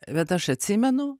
bet aš atsimenu